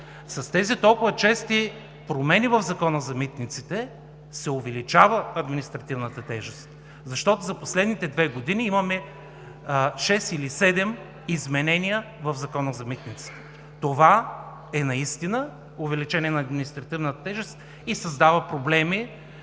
С тези толкова чести промени в Закона за митниците се увеличава административната тежест, защото за последните две години имаме шест или седем изменения в Закона за митниците. Това наистина е увеличение на административната тежест и създава проблеми